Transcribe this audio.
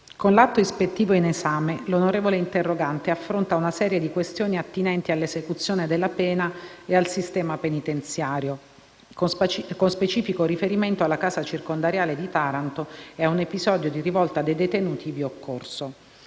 con l'atto ispettivo in esame, l'onorevole interrogante affronta una serie di questioni attinenti all'esecuzione della pena ed al sistema penitenziario, con specifico riferimento alla casa circondariale di Taranto e ad un episodio di rivolta dei detenuti ivi occorso.